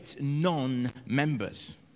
non-members